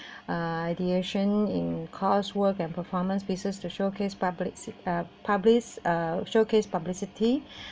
uh ideation in coursework and performance spaces to showcase public uh publish a showcase publicity